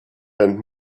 and